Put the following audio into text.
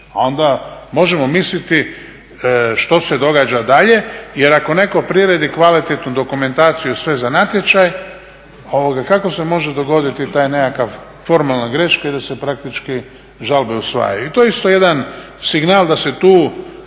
onda možemo misliti što se događa dalje, jer ako netko priredi kvalitetnu dokumentaciju i sve za natječaj kako se može dogoditi taj nekakav formalna greška i da se praktički žalbe usvajaju. I to je isto jedan signal da se tu